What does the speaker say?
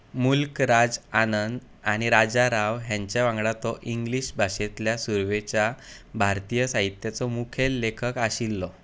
मुल्क राज आनंद आनी राजा राव हेंच्या वांगडा तो इंग्लीश भाशेंतल्या सुरवेच्या भारतीय साहित्याचो मुखेल लेखक आशिल्लो